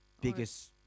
biggest